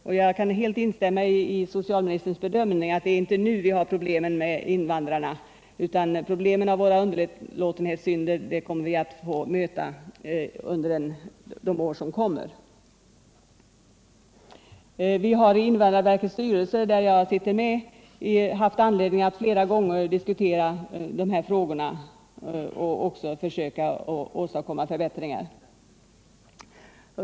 Jag kan där helt instämma i socialministerns bedömning att det inte är nu som vi har de stora problemen med invandrarna, utan de problemen — som beror på våra underlåtenhetssynder — kommer vi att få möta under år som stundar. I invandrarverkets styrelse, där jag sitter med, har vi haft anledning att diskutera dessa frågor flera gånger och försöka åstadkomma förbättringar.